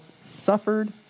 suffered